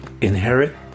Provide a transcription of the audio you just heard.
inherit